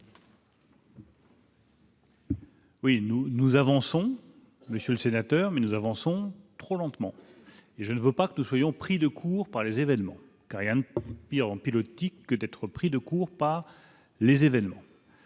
nous nous avançons monsieur le sénateur, mais nous avançons trop lentement et je ne veux pas que nous soyons pris de court par les événements Kariane pire en pilotis que d'être pris de court par les événements,